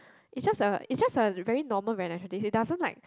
is just a is just a very normal very nice it doesn't like